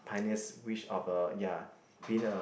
pioneer's wish of uh being a